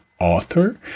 author